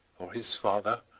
or his father,